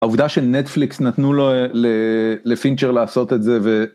הדרך לגיהינות רצופה בכוונות טובות